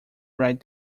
ride